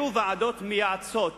היו ועדות מייעצות